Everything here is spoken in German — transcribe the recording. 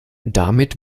damit